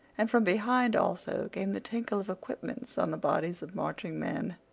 and from behind also came the tinkle of equipments on the bodies of marching men.